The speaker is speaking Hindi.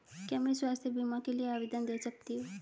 क्या मैं स्वास्थ्य बीमा के लिए आवेदन दे सकती हूँ?